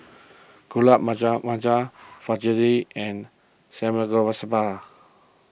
Gulab Fajitas and Samgeyopsal